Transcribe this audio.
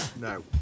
No